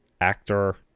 actor